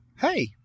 Hey